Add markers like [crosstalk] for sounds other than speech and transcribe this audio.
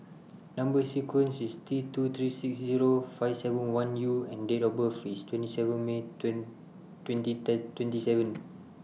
Number sequence IS T two three six Zero five seven one U and Date of birth IS twenty seven May [unintelligible] twenty Third twenty seven